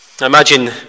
Imagine